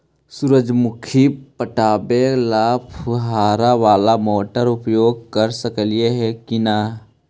सुरजमुखी पटावे ल फुबारा बाला मोटर उपयोग कर सकली हे की न?